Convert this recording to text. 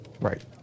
right